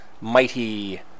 mighty